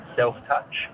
self-touch